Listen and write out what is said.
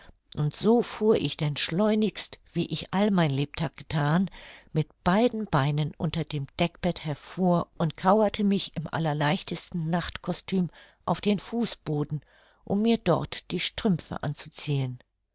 und so fuhr ich denn schleunigst wie ich all mein lebtag gethan mit beiden beinen unter dem deckbett hervor und kauerte mich im allerleichtesten nachtkostüm auf den fußboden um mir dort die strümpfe anzuziehen